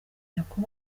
nako